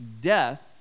death